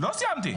לא סיימתי.